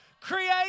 Create